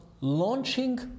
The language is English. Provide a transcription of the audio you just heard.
launching